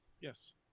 Yes